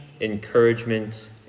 encouragement